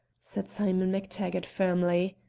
said simon mactaggart firmly.